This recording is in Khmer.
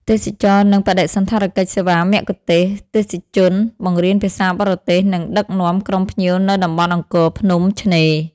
ទេសចរណ៍ និងបដិសណ្ឋារកិច្ចសេវាមគ្គុទេសក៍ ទេសជន បង្រៀនភាសាបរទេស និងដឹកនាំក្រុមភ្ញៀវនៅតំបន់អង្គរ ភ្នំ ឆ្នេរ។